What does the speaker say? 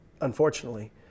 unfortunately